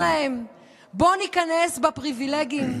זה קצת מפריע.